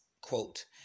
quote